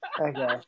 Okay